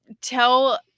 tell